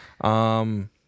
Um-